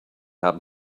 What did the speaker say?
happen